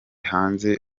hanze